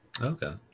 Okay